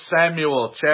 Samuel